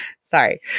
Sorry